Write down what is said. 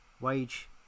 wage